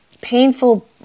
painful